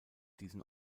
diesen